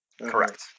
Correct